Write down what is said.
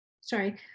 sorry